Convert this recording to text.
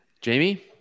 Jamie